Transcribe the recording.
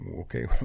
okay